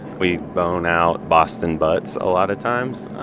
we bone-out boston butts a lot of times.